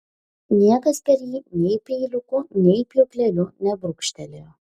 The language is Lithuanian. niekas per jį nei peiliuku nei pjūkleliu nebrūkštelėjo